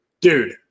Dude